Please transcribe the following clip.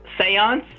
seance